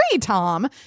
Tom